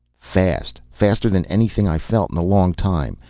fast. faster than anything i felt in a long time.